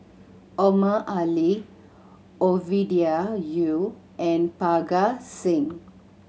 Omar Ali Ovidia Yu and Parga Singh